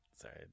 Sorry